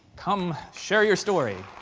come share your story.